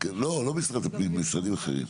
לא משרד הפנים משרדים אחרים.